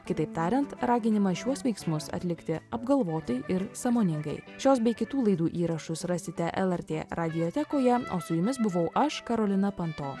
kitaip tariant raginimą šiuos veiksmus atlikti apgalvotai ir sąmoningai šios bei kitų laidų įrašus rasite lrt radijotekoje o su jumis buvau aš karolina panto